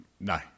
No